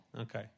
Okay